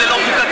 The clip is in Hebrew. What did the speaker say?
זה לא חוקתי,